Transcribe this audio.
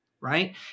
Right